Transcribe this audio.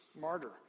martyr